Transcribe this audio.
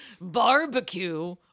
Barbecue